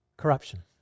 Corruption